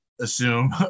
assume